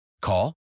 Call